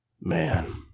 man